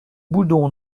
boudons